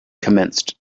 commenced